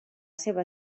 seva